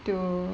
to